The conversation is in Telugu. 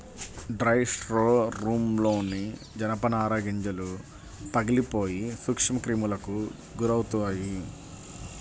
డ్రై స్టోర్రూమ్లోని జనపనార గింజలు పగిలిపోయి సూక్ష్మక్రిములకు గురవుతాయి